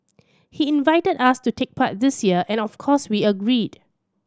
he invited us to take part this year and of course we agreed